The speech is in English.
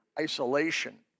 isolation